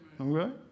Okay